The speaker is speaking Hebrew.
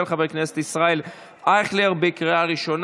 התקבלה בקריאה שלישית,